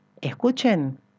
Escuchen